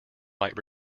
might